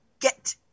Get